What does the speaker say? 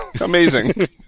Amazing